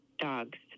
dogs